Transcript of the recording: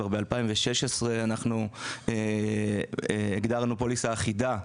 וכבר בשנת 2016 הגדרנו פוליסה אחידה.